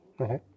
Okay